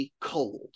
cold